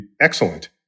excellent